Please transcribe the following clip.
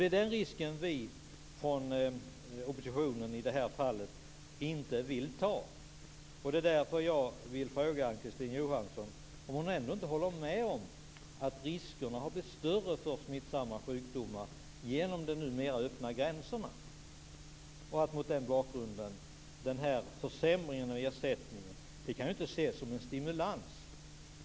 Det är den risk vi från oppositionen i det här fallet inte vill ta. Därför vill jag fråga Ann-Kristine Johansson om hon ändå inte håller med om att riskerna har blivit större för smittsamma sjukdomar genom de numera öppna gränserna. Mot den bakgrunden kan försämringen av ersättningen inte ses som en stimulans.